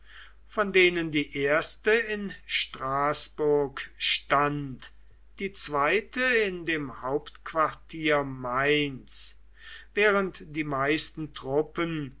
von denen die erste in straßburg stand die zweite in dem hauptquartier mainz während die meisten truppen